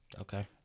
Okay